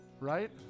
Right